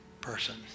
person